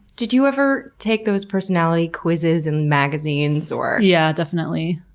did you ever take those personality quizzes in magazines or? yeah, definitely.